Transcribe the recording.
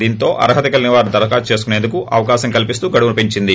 దీంతో అర్హత కలీగిన వారు దరఖాస్తు చేసేందుకు అవకాశం కలిపిస్తూ గడువు పెంచింది